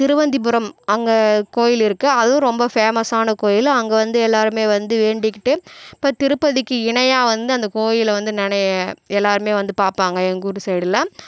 திருவந்திபுரம் அங்கே கோயில் இருக்குது அதுவும் ரொம்ப ஃபேமஸான கோயில் அங்கே வந்து எல்லாேருமே வந்து வேண்டிக்கிட்டு இப்போ திருப்பதிக்கு இணையாக வந்து அந்த கோயிலை வந்து நறைய எல்லாேருமே வந்து பார்ப்பாங்க எங்கள் ஊர் சைடில்